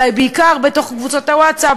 אלא היא בעיקר בתוך קבוצות הווטסאפ,